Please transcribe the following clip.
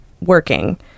working